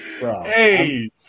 Hey